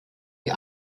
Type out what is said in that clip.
die